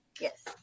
yes